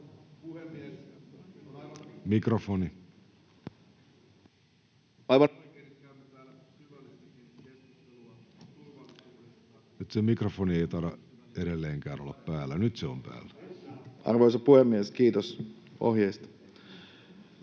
Mikrofoni. Se mikrofoni ei taida edelleenkään olla päällä. Nyt se on päällä! [Ville Skinnari: Arvoisa puhemies! Kiitos ohjeista.]